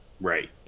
Right